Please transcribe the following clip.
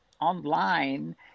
online